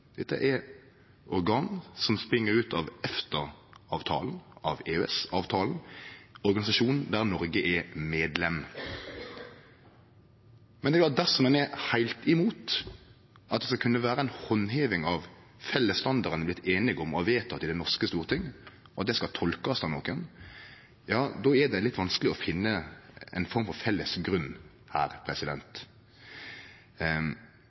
dette eit EU-organ. Dette er organ som spring ut av EFTA-avtalen, av EØS-avtalen, ein organisasjon der Noreg er medlem. Dersom ein er heilt imot at det skal kunne vere ei handheving av den felles standarden ein har vorte einig om og som er vedteken i det norske storting, og at det skal tolkast av nokon, ja, då er det litt vanskeleg å finne ei form for felles grunn her.